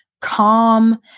calm